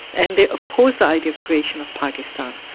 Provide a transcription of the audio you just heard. and they opposed the idea of creation of pakistan.